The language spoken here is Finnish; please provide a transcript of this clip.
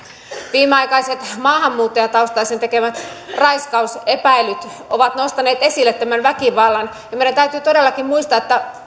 viimeaikaiset maahanmuuttajataustaisten raiskausepäilyt ovat nostaneet esille tämän väkivallan ja meidän täytyy todellakin muistaa että